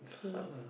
K